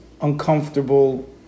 uncomfortable